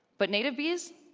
but native bees,